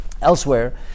Elsewhere